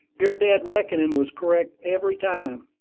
your dead-reckoning was correct every time.